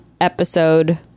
episode